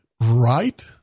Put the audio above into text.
right